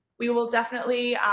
we will definitely